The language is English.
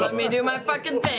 but me do my fucking